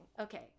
okay